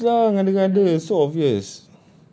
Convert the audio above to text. it is lah ngada-ngada so obvious